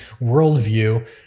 worldview